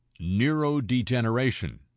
neurodegeneration